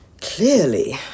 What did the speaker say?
Clearly